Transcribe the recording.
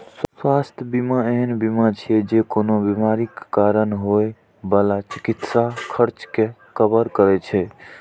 स्वास्थ्य बीमा एहन बीमा छियै, जे कोनो बीमारीक कारण होइ बला चिकित्सा खर्च कें कवर करै छै